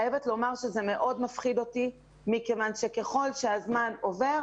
אני חייבת לומר שזה מאוד מפחיד אותי מכיוון שככל שהזמן עובר,